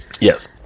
yes